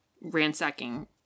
ransacking